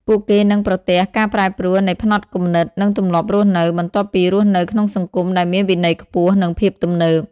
ពួកគេនឹងប្រទះការប្រែប្រួលនៃផ្នត់គំនិត និងទម្លាប់រស់នៅ បន្ទាប់ពីរស់នៅក្នុងសង្គមដែលមានវិន័យខ្ពស់ និងភាពទំនើប ។